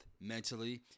mentally